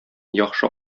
яхшы